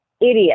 idiot